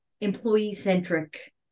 employee-centric